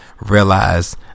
realize